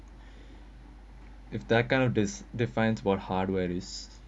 if that kind of disc defines what hardware is